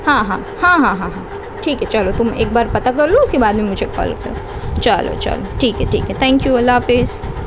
ہاں ہاں ہاں ہاں ہاں ہاں ٹھیک ہے چلو تم ایک بار پتا کر لو اس کے بعد میں مجھے کال کرو چلو چلو ٹھیک ہے ٹھیک ہے تھینک یو اللہ حافظ